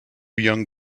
young